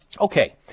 Okay